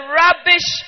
rubbish